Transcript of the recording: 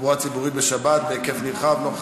תחבורה ציבורית בשבת בהיקף נרחב נוכח